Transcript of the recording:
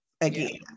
again